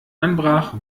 anbrach